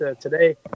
today